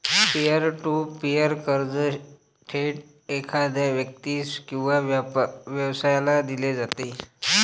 pier to peer कर्ज थेट एखाद्या व्यक्तीस किंवा व्यवसायाला दिले जाते